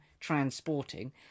Transporting